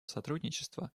сотрудничества